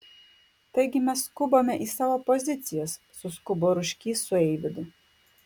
taigi mes skubame į savo pozicijas suskubo ruškys su eivydu